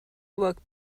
awoke